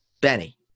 Benny